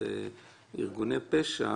אירגוני פשע